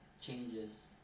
changes